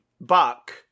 buck